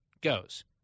goes